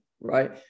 Right